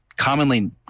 Commonly